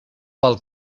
pel